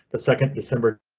the second december.